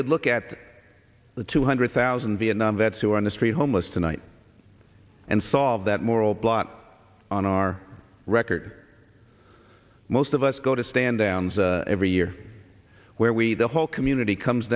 would look at the two hundred thousand vietnam vets who are on the street homeless tonight and solve that moral blot on our record most of us go to stand downs every year where we the whole community comes